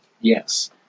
Yes